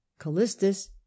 Callistus